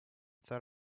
that